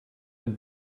with